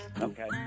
Okay